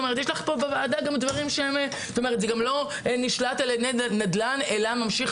כי זה לא נשלט על ידי נדל"ן אלא ממשיך